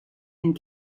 and